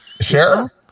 sure